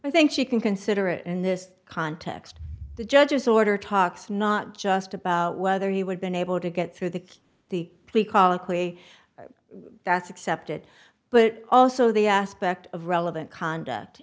i think she can consider it in this context the judge's order talks not just about whether he would be unable to get through the the we call it that's accepted but also the aspect of relevant conduct